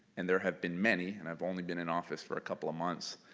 and there have been many and i've only been in office for a couple of months,